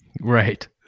Right